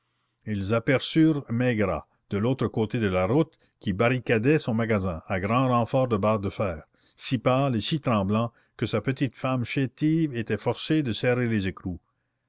ils aperçurent maigrat de l'autre côté de la route qui barricadait son magasin à grand renfort de barres de fer si pâle et si tremblant que sa petite femme chétive était forcée de serrer les écrous